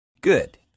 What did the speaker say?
good